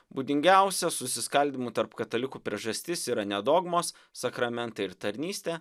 būdingiausia susiskaldymo tarp katalikų priežastis yra ne dogmos sakramentai ir tarnystė